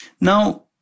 Now